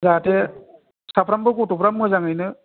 जाहाथे साफ्रोमबो गथ'फ्रा मोजांयैनो